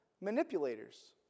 manipulators